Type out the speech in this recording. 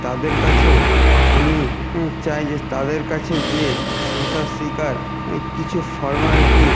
তাদের কাছেও আমি চাই যে তাদের কাছে যেয়ে সাঁতার শিখার কিছু ফর্মালিটিস